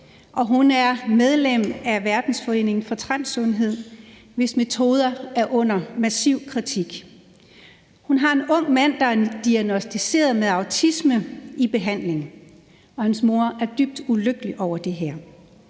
og hun er medlem af verdensforeningen for transsundhed, hvis metoder er under massiv kritik. Hun har en ung mand, der er diagnosticeret med autisme, i behandling, og hans mor er dybt ulykkelig over det her.